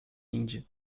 índia